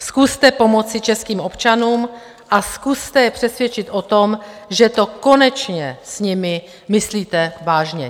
Zkuste pomoci českým občanům a zkuste je přesvědčit o tom, že to konečně s nimi myslíte vážně.